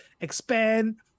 expand